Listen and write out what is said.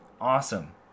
awesome